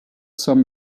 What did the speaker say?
some